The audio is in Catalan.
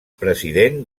president